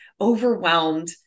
overwhelmed